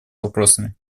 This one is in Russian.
вопросами